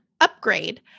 upgrade